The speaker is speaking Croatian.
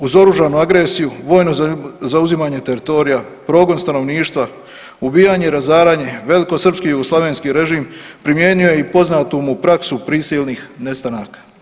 Uz oružanu agresiju, vojno zauzimanje teritorija, progon stanovništva, ubijanje i razaranje velikosrpski i jugoslavenski režim primijenio je i poznatu mu praksu prisilnih nestanaka.